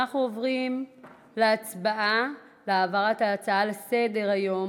אנחנו עוברים להצבעה להעברת ההצעה לסדר-היום,